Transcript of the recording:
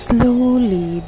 Slowly